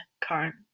current